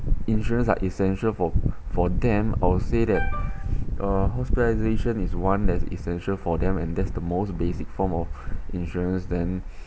insurance are essential for for them I would say that uh hospitalisation is one that is essential for them and that's the most basic form of insurance then